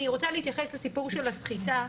אני רוצה להתייחס לסיפור של הסחיטה,